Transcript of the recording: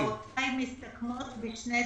הערותיי מסתכמות בשני דברים.